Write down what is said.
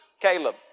Caleb